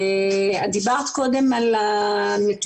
את דיברת קודם על הנתונים,